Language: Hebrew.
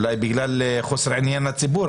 בגלל אולי חוסר עניין לציבור,